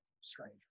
stranger